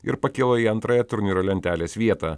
ir pakilo į antrąją turnyro lentelės vietą